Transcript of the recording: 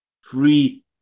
free